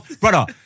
brother